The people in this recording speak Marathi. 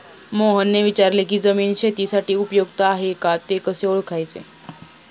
मोहनने विचारले की जमीन शेतीसाठी उपयुक्त आहे का ते कसे ओळखायचे?